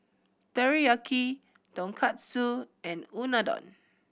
Teriyaki Tonkatsu and Unadon